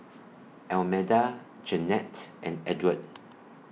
Almeda Jennette and Edward